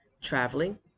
Traveling